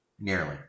Nearly